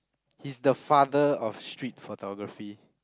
he's the father of street photography